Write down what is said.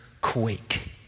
quake